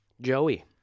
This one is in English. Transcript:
Joey